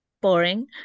Boring